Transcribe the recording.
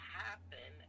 happen